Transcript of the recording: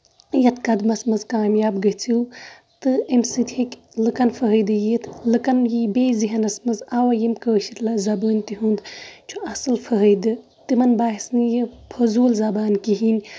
یَتھ قدمَس منٛز کامیاب گژھو تہٕ اَمہِ سۭتۍ ہیٚکہِ لُکن فٲیدٕ یِتھ لُکن یی بیٚیہِ زیٚہنَس منٛز آ ییٚمہِ کٲشِر زَبانۍ تہِ ہُند چھُ اَصٕل فٲیِدٕ تِمن باسہِ نہٕ یہِ فضوٗل زَبان کِہینۍ